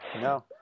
no